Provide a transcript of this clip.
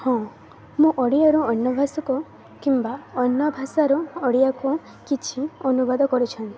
ହଁ ମୁଁ ଓଡ଼ିଆରୁ ଅନ୍ୟ ଭାଷାକୁ କିମ୍ବା ଅନ୍ୟ ଭାଷାରୁ ଓଡ଼ିଆକୁ କିଛି ଅନୁବାଦ କରିଛି